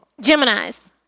Gemini's